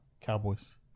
Cowboys